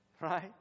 Right